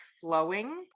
flowing